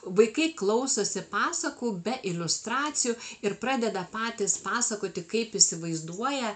vaikai klausosi pasakų be iliustracijų ir pradeda patys pasakoti kaip įsivaizduoja